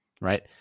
right